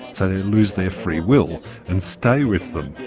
so they lose their freewill and stay with them.